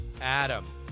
Adam